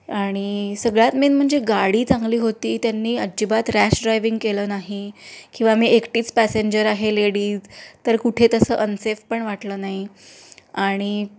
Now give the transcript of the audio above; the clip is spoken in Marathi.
आणि सगळ्यात मेन म्हणजे गाडी चांगली होती त्यांनी अजिबात रॅश ड्रायविंग केलं नाही किंवा मी एकटीच पॅसेंजर आहे लेडीज तर कुठे तसं अनसेफ पण वाटलं नाही आणि